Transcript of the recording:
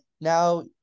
now